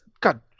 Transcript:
God